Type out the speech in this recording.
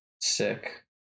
sick